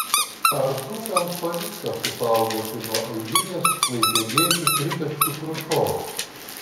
ar dzūkams pavyks apsisaugoti nuo eilinės klaipėdiečių tritaškių krušos